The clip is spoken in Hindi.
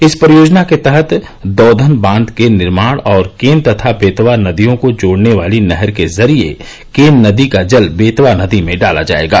इस परियोजना के तहत दौधन बांध के निर्माण और केन तथा बेतवा नदियों को जोडने वाली नहर के जरिये केन नदी का जल बेतवा नदी में डाला जाएगा